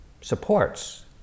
supports